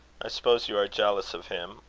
i suppose you are jealous of him.